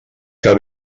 que